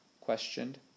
questioned